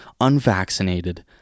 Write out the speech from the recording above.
unvaccinated